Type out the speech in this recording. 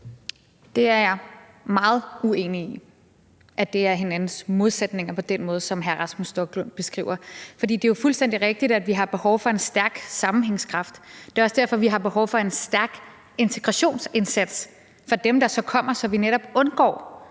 Det er jeg meget uenig i, altså at det er hinandens modsætninger på den måde, som hr. Rasmus Stoklund beskriver. Det er fuldstændig rigtigt, at vi har behov for en stærk sammenhængskraft, og det er også derfor, vi har behov for en stærk integrationsindsats for dem, der så kommer, så vi netop undgår